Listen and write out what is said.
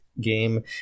game